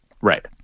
Right